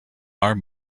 are